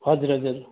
हजुर हजुर